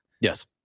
Yes